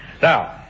Now